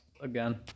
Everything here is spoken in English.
again